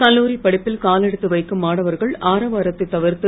கல்லூரி படிப்பில் கால் எடுத்து வைக்கும் மாணவர்கள் ஆரவாரத்தை தவிர்த்து